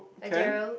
hi Gerald